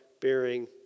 bearing